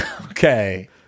Okay